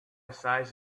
size